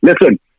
Listen